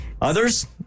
Others